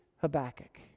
Habakkuk